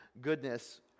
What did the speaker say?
goodness